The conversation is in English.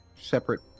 separate